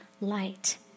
light